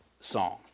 song